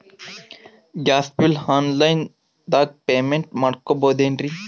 Gas bill online ದಾಗ payment ಮಾಡಬೋದೇನ್ರಿ?